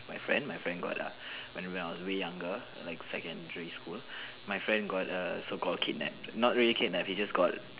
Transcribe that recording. my friend my friend got ah when I was younger like secondary school my friend got err so called kidnapped not really kidnapped he just got